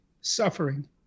suffering